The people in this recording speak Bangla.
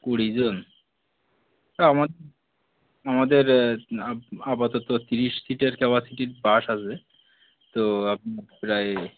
কুড়ি জন হ্যাঁ আমাদের আমাদের আপাতত তিরিশ ফিটের ক্যাপাসিটির বাস আছে তো আপনি প্রায়